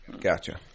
Gotcha